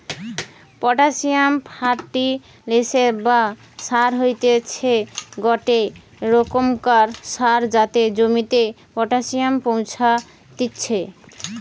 potassium ফার্টিলিসের বা সার হতিছে গটে রোকমকার সার যাতে জমিতে পটাসিয়াম পৌঁছাত্তিছে